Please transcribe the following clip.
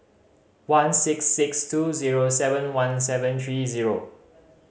one six six two zero seven one seven three zero